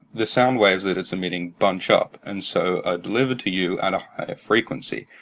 the sound waves that it's emitting bunch up, and so are delivered to you at a higher frequency,